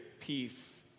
peace